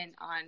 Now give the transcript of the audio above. on